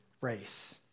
race